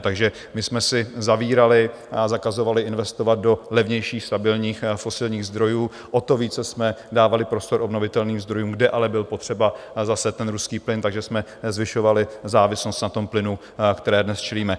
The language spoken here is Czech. Takže my jsme si zavírali a zakazovali investovat do levnějších stabilních fosilních zdrojů, o to více jsme dávali prostor obnovitelným zdrojům, kde ale byl potřeba zase ten ruský plyn, takže jsme zvyšovali závislost na plynu, které dnes čelíme.